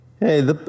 Hey